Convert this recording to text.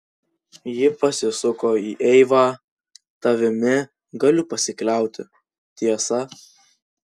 ji pasisuko į eivą tavimi galiu pasikliauti tiesa